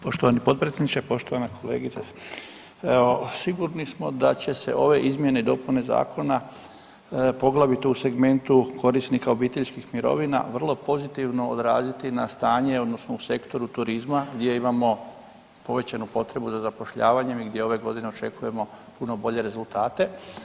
Poštovani potpredsjedniče, poštovana kolegice, evo sigurni smo da će se ove izmjene i dopune zakona poglavito u segmentu korisnika obiteljskih mirovina vrlo pozitivno odraziti na stanje odnosno u sektoru turizma gdje imamo povećanu potrebu za zapošljavanje i da gdje ove godine očekujemo puno bolje rezultate.